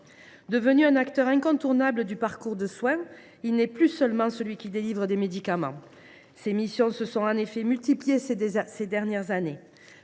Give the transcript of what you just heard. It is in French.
Devenu un acteur incontournable du parcours de soins, il n’est plus seulement celui qui délivre des médicaments. Ses missions se sont en effet multipliées ces dernières années